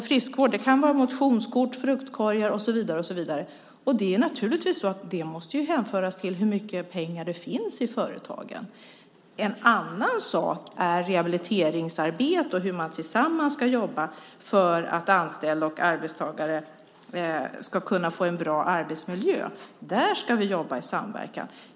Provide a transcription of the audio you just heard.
Friskvård kan vara motionskort, fruktkorgar och så vidare. Det måste naturligtvis hänföras till hur mycket pengar det finns i företagen. Rehabiliteringsarbete och hur man tillsammans ska jobba för att anställda och arbetstagare ska kunna få en bra arbetsmiljö är en annan sak. Där ska vi jobba i samverkan.